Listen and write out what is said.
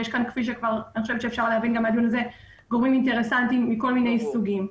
אני חושבת שאפשר להבין שיש גורמים אינטרסנטיים מכל מיני סוגים.